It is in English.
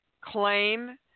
claim